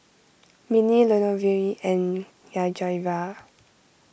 Minnie Lenore and Yajaira